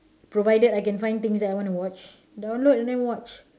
provided I can find things that I wanna watch download and then watch